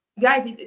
guys